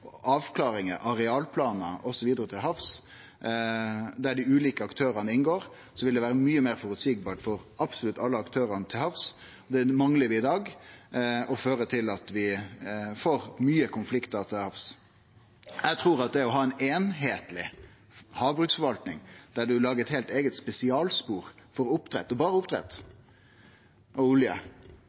avklaringar, arealplanar osv. til havs, der dei ulike aktørane inngår, vil det vere mykje meir føreseieleg for absolutt alle aktørane til havs. Det manglar vi i dag, og det fører til at vi får mykje konfliktar til havs. Eg trur at det å ha ei einskapleg havbruksforvalting, der ein lagar eit heilt eige spesialspor for oppdrett, berre oppdrett og olje,